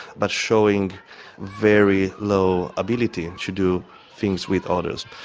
but showing very low ability and to do things with others.